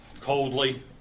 coldly